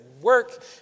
work